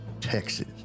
Texas